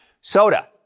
Soda